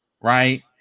right